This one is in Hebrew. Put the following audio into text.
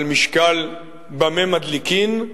על משקל "במה מדליקין":